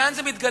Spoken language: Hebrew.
לאן זה מתגלגל,